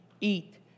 eat